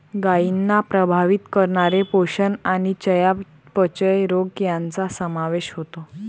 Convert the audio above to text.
गायींना प्रभावित करणारे पोषण आणि चयापचय रोग यांचा समावेश होतो